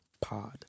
Pod